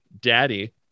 daddy